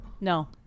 No